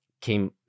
came